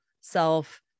self